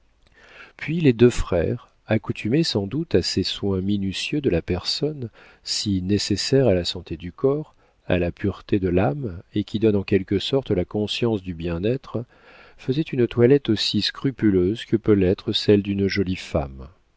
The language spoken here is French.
puis les deux frères accoutumés sans doute à ces soins minutieux de la personne si nécessaires à la santé du corps à la pureté de l'âme et qui donnent en quelque sorte la conscience du bien-être faisaient une toilette aussi scrupuleuse que peut l'être celle d'une jolie femme